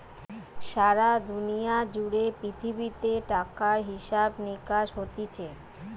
সারা দুনিয়া জুড়ে পৃথিবীতে টাকার হিসাব নিকাস হতিছে